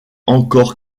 encore